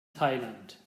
thailand